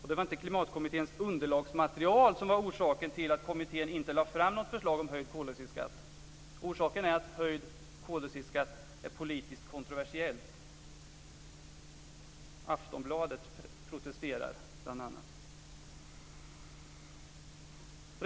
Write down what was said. Och det var inte Klimatkommitténs underlagsmaterial som var orsaken till att kommittén inte lade fram något förslag om höjd koldioxidskatt. Orsaken var att höjd koldioxidskatt är politiskt kontroversiellt. Bl.a. protesterar Aftonbladet.